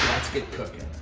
get cookin'.